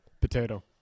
Potato